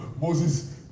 Moses